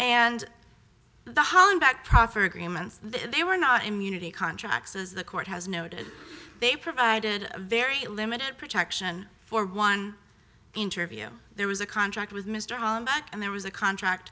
and the hollenbeck proffer agreements they were not immunity contracts as the court has noted they provided very limited protection for one interview there was a contract with mr and there was a contract